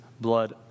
blood